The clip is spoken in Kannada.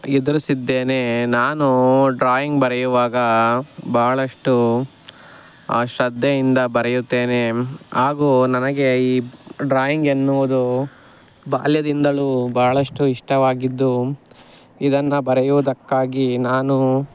ಎದುರಿಸಿದ್ದೇನೆ ನಾನು ಡ್ರಾಯಿಂಗ್ ಬರೆಯುವಾಗ ಭಾಳಷ್ಟು ಶ್ರದ್ಧೆಯಿಂದ ಬರೆಯುತ್ತೇನೆ ಹಾಗೂ ನನಗೆ ಈ ಡ್ರಾಯಿಂಗ್ ಎನ್ನುವುದು ಬಾಲ್ಯದಿಂದಲೂ ಭಾಳಷ್ಟು ಇಷ್ಟವಾಗಿದ್ದು ಇದನ್ನು ಬರೆಯುವುದಕ್ಕಾಗಿ ನಾನು